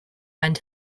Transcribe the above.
and